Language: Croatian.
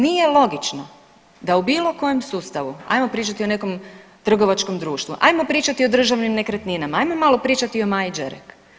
Nije logično da u bilo kojem sustavu, ajmo pričati o nekom trgovačkom društvu, ajmo o pričati o državnim nekretninama, ajmo malo pričati i o Maji Đerek.